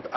momento